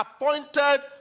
appointed